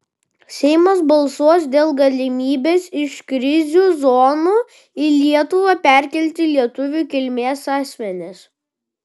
seimas balsuos dėl galimybės iš krizių zonų į lietuvą perkelti lietuvių kilmės asmenis